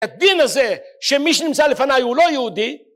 הדין הזה שמי שנמצא לפני הוא לא יהודי